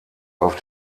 auf